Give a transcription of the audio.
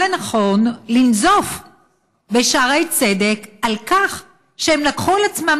לנכון לנזוף בשערי צדק על כך שהם לקחו על עצמם,